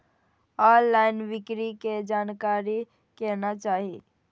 Online बिक्री के जानकारी केना चाही?